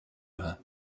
her